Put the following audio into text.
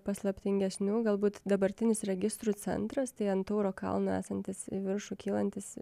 paslaptingesnių galbūt dabartinis registrų centras tai ant tauro kalno esantis į viršų kylantis